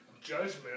judgment